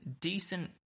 decent